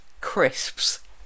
crisps